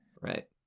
Right